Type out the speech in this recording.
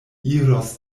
iros